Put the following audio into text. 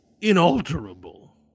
inalterable